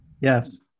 Yes